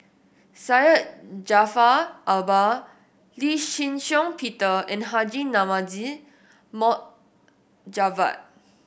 Syed Jaafar Albar Lee Shih Shiong Peter and Haji Namazie Mohd Javad